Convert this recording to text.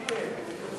אני כן.